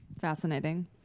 Fascinating